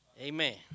Amen